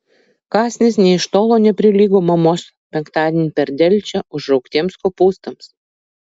kąsnis nė iš tolo neprilygo mamos penktadienį per delčią užraugtiems kopūstams